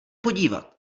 podívat